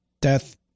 death